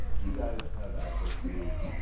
you guys have access to these,